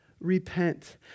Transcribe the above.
Repent